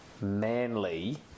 Manly